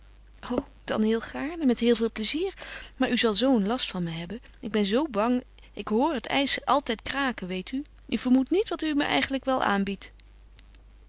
o dan heel gaarne met heel veel plezier maar u zal zoo een last van me hebben ik ben zoo bang ik hoor het ijs altijd kraken weet u u vermoedt niet wat u me eigenlijk wel aanbiedt